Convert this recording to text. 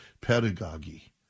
pedagogy